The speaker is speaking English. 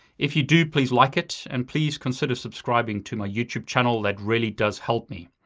if you do, please like it and please consider subscribing to my youtube channel. that really does help me.